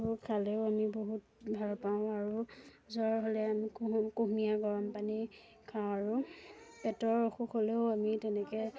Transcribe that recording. খালেও আমি বহুত ভাল পাওঁ আৰু জ্বৰ হ'লে আমি কুহু কুহুমীয়া গৰম পানী খাওঁ আৰু পেটৰ অসুখ হ'লেও আমি তেনেকৈ